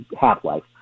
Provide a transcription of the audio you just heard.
half-life